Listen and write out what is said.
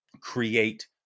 create